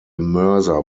mörser